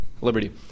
Liberty